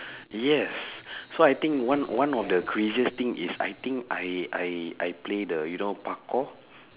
yes so I think one one of the craziest thing is I think I I I play the you know parkour